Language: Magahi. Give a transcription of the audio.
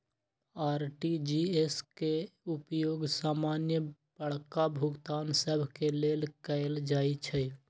आर.टी.जी.एस के उपयोग समान्य बड़का भुगतान सभ के लेल कएल जाइ छइ